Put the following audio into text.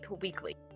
Weekly